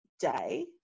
day